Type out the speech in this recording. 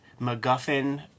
MacGuffin